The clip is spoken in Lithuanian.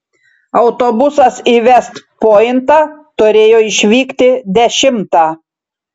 autobusas į vest pointą turėjo išvykti dešimtą